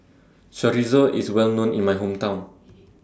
Chorizo IS Well known in My Hometown